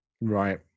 Right